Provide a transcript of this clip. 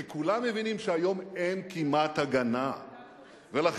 כי כולם מבינים שהיום כמעט אין הגנה.